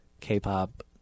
K-pop